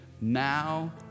now